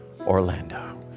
Orlando